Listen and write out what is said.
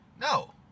no